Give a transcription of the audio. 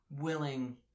willing